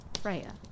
Freya